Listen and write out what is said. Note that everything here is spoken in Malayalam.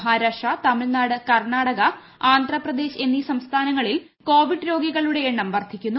മഹാരാഷ്ട്ര തമിഴ്നാട് കർണാടക ആന്ധ്രപ്രദേശ് എന്നീ സംസ്ഥാനങ്ങളിൽ കോവിഡ് രോഗികളുടെ എണ്ണം വർദ്ധിക്കുന്നു